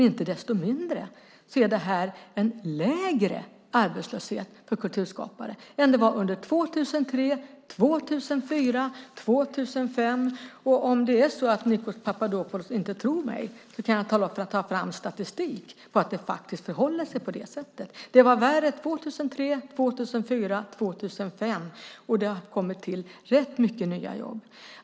Inte desto mindre är det en lägre arbetslöshet bland kulturskapare nu än det var under 2003, 2004, 2005. Om Nikos Papadopoulos inte tror mig kan jag ta fram statistik som visar att det faktiskt förhåller sig på det sättet. Det var värre 2003, 2004, 2005. Det har kommit till rätt många nya jobb.